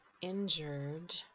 injured